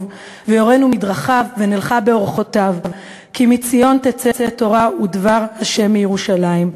ויורנו מדרכיו ונלכה באֹרחֹתיו כי מציון תצא תורה ודבר ה' מירושלם,